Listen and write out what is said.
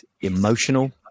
emotional